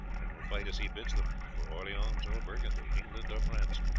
and will fight as he bids them, for orleans or burgundy, england or france.